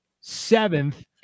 seventh